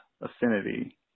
affinity